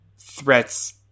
threats